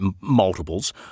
multiples